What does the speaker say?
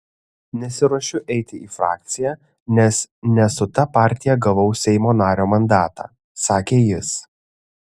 nesiruošiu eiti į frakciją nes ne su ta partija gavau seimo nario mandatą sakė jis